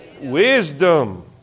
wisdom